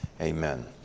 Amen